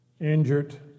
injured